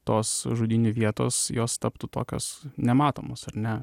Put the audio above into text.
tos žudynių vietos jos taptų tokios nematomos ar ne